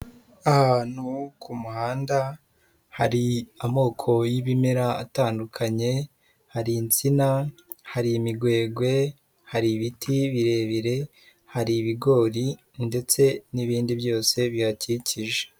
Ahantu ku muhanda hari amoko y'ibimera atandukanye: Hari insina, hari imigwegwe, hari ibiti birebire, hari ibigori, ndetse n'ibindi byose bihakikije.